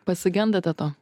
pasigendate to